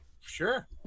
Sure